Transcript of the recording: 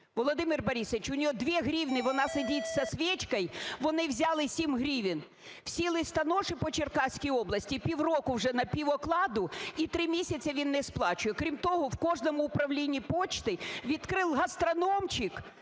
Володимир Борисович, у неї 2 гривні, вона сидить із свічкою, вони взяли 7 гривень. Всі листоноші по Черкаській області півроку вже напівокладу і три місяці він сплачує. Крім того, у кожному управлінні пошти відкрили гастрономчик